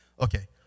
Okay